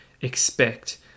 expect